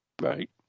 Right